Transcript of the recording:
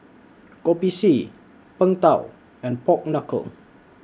Kopi C Png Tao and Pork Knuckle